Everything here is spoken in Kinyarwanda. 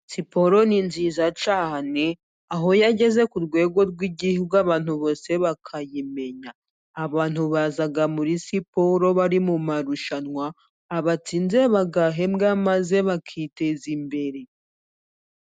Siporo ni nziza cyane, aho yageze ku rwego rw'igihugu abantu bose bakayimenya. Abantu baza muri siporo bari mu marushanwa, batsinze bagahembwa maze bakiteza imbere.